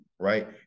right